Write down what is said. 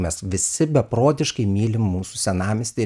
mes visi beprotiškai mylim mūsų senamiestį